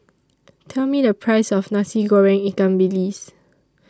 Tell Me The Price of Nasi Goreng Ikan Bilis